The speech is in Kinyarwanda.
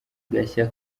gashya